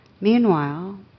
Meanwhile